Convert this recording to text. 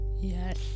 Yes